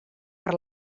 per